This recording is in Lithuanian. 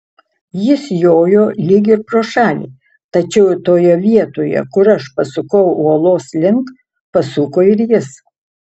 jis jojo lyg ir pro šalį tačiau toje vietoje kur aš pasukau uolos link pasuko ir jis